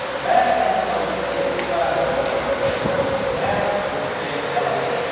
last episode we said goodbye to a couple of peeps. now we're saying hell.